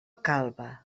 calba